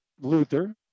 Luther